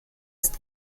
ist